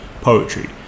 poetry